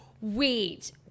wait